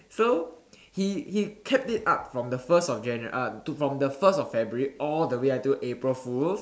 so he he kept it up from the first of January uh to from the first of February all the way until April fools